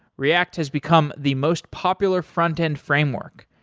react has become the most popular frontend framework.